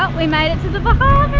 we made it to the bahamas!